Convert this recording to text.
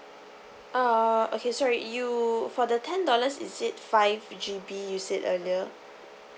uh okay sorry you for the ten dollars is it five G_B you said earlier